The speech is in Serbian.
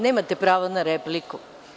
Nemate pravo na repliku.